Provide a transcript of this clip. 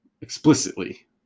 explicitly